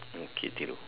okay Thiru